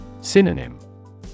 Synonym